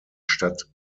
stadt